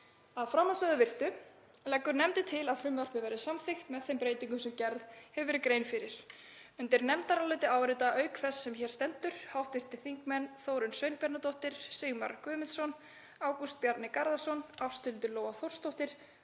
Að framansögðu virtu leggur nefndin til að frumvarpið verði samþykkt með þeim breytingum sem gerð hefur verið grein fyrir. Undir nefndarálitið rita, auk þeirrar sem hér stendur, hv. þingmenn Þórunn Sveinbjarnardóttir, Sigmar Guðmundsson, Ágúst Bjarni Garðarsson, Ásthildur Lóa Þórsdóttir,